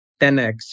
10x